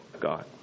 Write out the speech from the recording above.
God